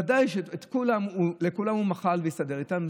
ודאי שלכולם הוא מחל והסתדר איתם,